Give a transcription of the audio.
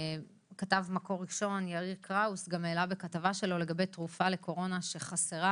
כתב מקור ראשון יאיר קראוס גם העלה בכתבה שלו לגבי תרופה לקורונה שחסרה,